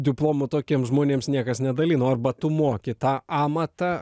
diplomų tokiem žmonėms niekas nedalino arba tu moki tą amatą